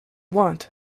want